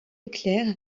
éclair